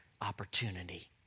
opportunity